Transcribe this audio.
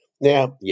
Now